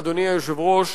אדוני היושב-ראש,